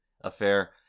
affair